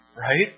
right